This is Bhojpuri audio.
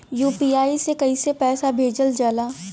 यू.पी.आई से कइसे पैसा भेजल जाला?